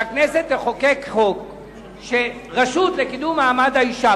שהכנסת תחוקק חוק שרשות לקידום מעמד האשה,